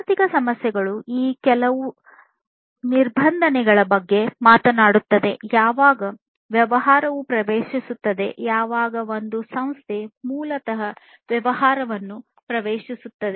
ಆರ್ಥಿಕ ಸಮಸ್ಯೆಗಳು ಈ ಕೆಲವು ನಿಬಂಧನೆಗಳ ಬಗ್ಗೆ ಮಾತನಾಡುತ್ತವೆ ಯಾವಾಗ ವ್ಯವಹಾರವು ಪ್ರವೇಶಿಸುತ್ತದೆ ಯಾವಾಗ ಒಂದು ಸಂಸ್ಥೆ ಮೂಲತಃ ವ್ಯವಹಾರವನ್ನು ಪ್ರವೇಶಿಸುತ್ತದೆ